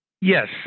Yes